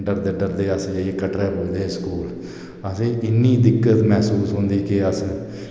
डरदे डरदे अस जाइयै कटरै पुजदे हे स्कूल असेंई इन्नी दिक्कत मैहसूस होंदी ही के अस